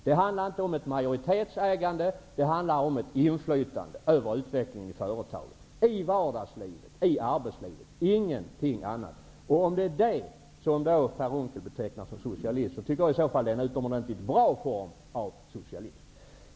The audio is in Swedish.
Det handlar inte om ett majoritetsägande, utan om ett inflytande över utvecklingen i företagen, i vardagslivet, i arbetslivet -- ingenting annat. Om det är det som Per Unckel betecknar som socialism, tycker jag att det är en utomordentligt bra form av socialism.